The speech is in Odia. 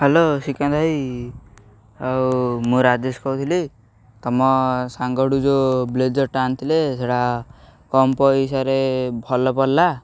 ହ୍ୟାଲୋ ଶ୍ରୀକାନ୍ତ ଭାଇ ଆଉ ମୁଁ ରାଜେଶ କହୁଥିଲି ତମ ସାଙ୍ଗଠୁ ଯୋଉ ବ୍ଲେଜର୍ଟା ଆଣିଥିଲେ ସେଟା କମ୍ ପଇସାରେ ଭଲ ପଡ଼ିଲା